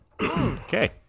Okay